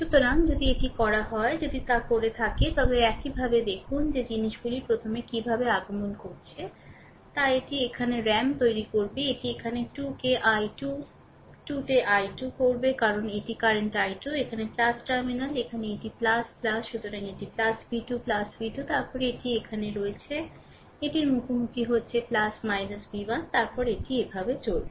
সুতরাং যদি এটি করা হয় যদি তা করে থাকে তবে এইভাবে দেখুন যে জিনিসগুলি প্রথমে কীভাবে আগমন করছে তা এটি এখানে র্যাম তৈরি করবে এটি এখানে 2 কে i2 2 তে i2 করবে কারণ এটি কারেন্ট i2 এখানে টার্মিনাল এখানে এটি সুতরাং এটি v2 v2 তারপরে এটি এখানে রয়েছে এটির মুখোমুখি হচ্ছে v 1 এরপরে এটি এভাবে চলছে